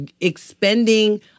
expending